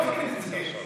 אני לא מבין את זה.